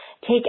Take